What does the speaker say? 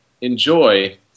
enjoy